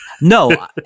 No